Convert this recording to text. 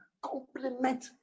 complement